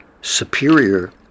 superior